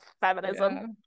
feminism